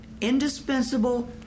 Indispensable